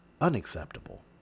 Unacceptable